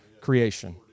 creation